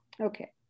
Okay